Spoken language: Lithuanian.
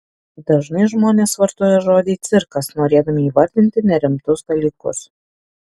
dažnai žmonės vartoja žodį cirkas norėdami įvardyti nerimtus dalykus